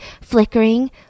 flickering